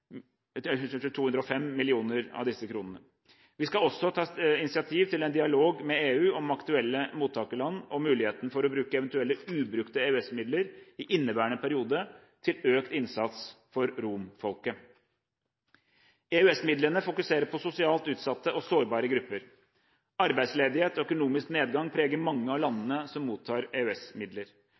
bruke 205 av disse millionene. Vi skal også ta initiativ til en dialog med EU og aktuelle mottakerland om muligheten for å bruke eventuelle ubrukte EØS-midler i inneværende periode til økt innsats for romfolket. EØS-midlene fokuserer på sosialt utsatte og sårbare grupper. Arbeidsledighet og økonomisk nedgang preger mange av landene som mottar